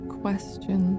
question